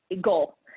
goal